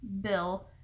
Bill